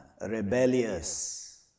rebellious